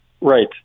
Right